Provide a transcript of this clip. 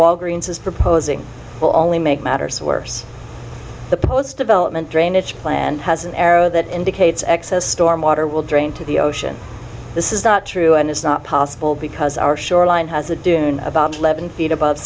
walgreens is proposing will only make matters worse the proposed development drainage plan has an arrow that indicates excess storm water will drain to the ocean this is not true and is not possible because our shoreline has a dune about eleven feet abo